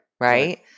Right